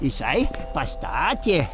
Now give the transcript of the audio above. jisai pastatė